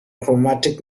chromatic